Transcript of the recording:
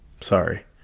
sorry